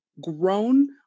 grown